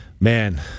Man